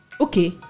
Okay